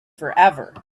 forever